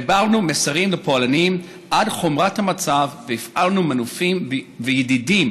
העברנו מסרים לפולנים על חומרת המצב והפעלנו מנופים וידידים,